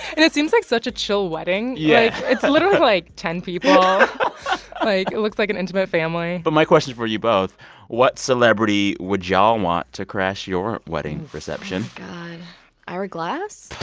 and it seems like such a chill wedding yeah like, it's literally, like, ten people like, it looks like an intimate family but my question for you both what celebrity would y'all want to crash your wedding reception? god ira glass